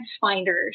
finders